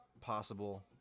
possible